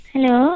Hello